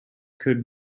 could